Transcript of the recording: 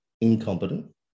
incompetent